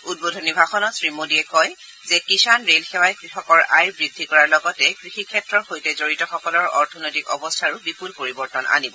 উদ্বোধনী ভাষণত শ্ৰীমোডীয়ে কয় যে কিষাণ ৰেল সেৱাই কৃষকৰ আয় বৃদ্ধি কৰাৰ লগতে কৃষিক্ষেত্ৰৰ সৈতে জড়িত সকলৰ অৰ্থনৈতিক অৱস্থাৰো বিপুল পৰিৱৰ্তন আনিব